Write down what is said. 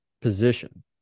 position